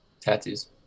Tattoos